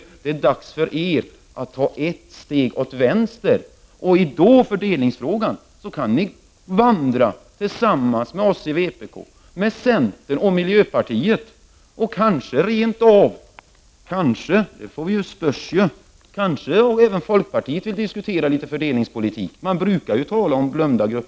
Men nu är det dags för er att ta ett steg åt vänster. I fördelningsfrågan kan ni vandra tillsammans med oss i vpk, med centern och med miljöpartiet. Och kanske rent av — det får vi väl spörja — även folkpartiet vill diskutera fördelningspolitik litet grand. Man brukar ju tala om glömda grupper.